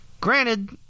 Granted